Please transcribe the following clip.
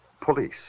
Police